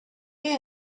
you